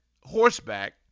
horseback